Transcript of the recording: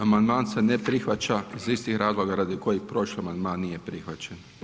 Amandman se ne prihvaća iz istih razloga radi kojih prošli amandman nije prihvaćen.